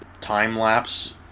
time-lapse